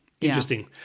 Interesting